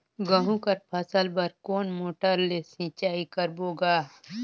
गहूं कर फसल बर कोन मोटर ले सिंचाई करबो गा?